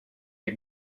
les